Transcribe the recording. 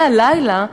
מהלילה,